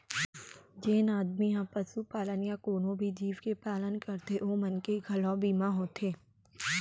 जेन आदमी ह पसुपालन या कोनों भी जीव के पालन करथे ओ मन के घलौ बीमा होथे